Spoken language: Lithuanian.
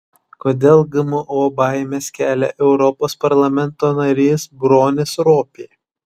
kodėl gmo baimes kelia europos parlamento narys bronis ropė